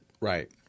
Right